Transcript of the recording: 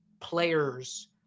players